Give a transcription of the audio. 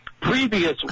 previous